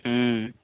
ହୁଁ